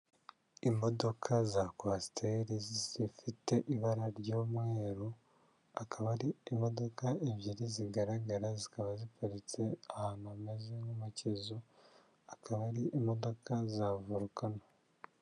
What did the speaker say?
Imodoka za kwasiteri zifite ibara ry'umweru akaba ari imodoka ebyiri zigaragara zikaba ziparitse ahantu hameze nk'umukizo akaba ari imodoka za volukano.